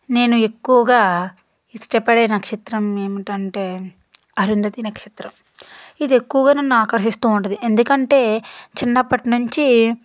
నేను ఎక్కువగా ఇష్టపడే నక్షత్రం ఏమిటంటే అరుంధతి నక్షత్రం ఇదెక్కువగా నన్ను ఆకర్షిస్తూ ఉంటుంది ఎందుకంటే చిన్నప్పటి నుంచి